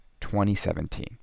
2017